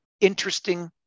interesting